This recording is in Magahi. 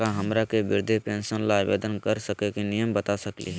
का हमरा के वृद्धा पेंसन ल आवेदन करे के नियम बता सकली हई?